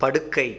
படுக்கை